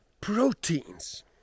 Proteins